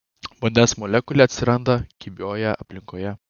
vandens molekulė atsiranda kibioje aplinkoje